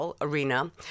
Arena